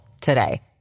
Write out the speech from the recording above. today